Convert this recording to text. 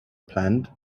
planned